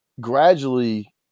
gradually